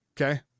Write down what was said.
Okay